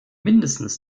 mindestens